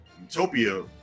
Utopia